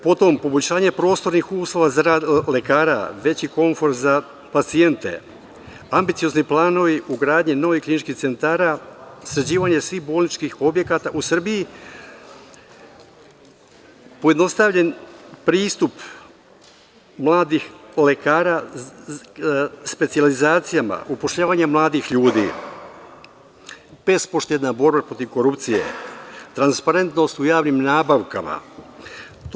Potom, poboljšanje prostornih uslova za rad lekara, veći komfor za pacijente, ambiciozni planovi gradnje novih kliničkih centara, sređivanje svih bolničkih objekata u Srbiji, pojednostavljen pristup mladih lekara specijalizacijama, upošljavanje mladih ljudi, bespoštedna borba protiv korupcije, transparentnost u javnim nabavkama itd.